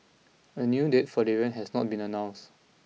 a new date for the event has not been announced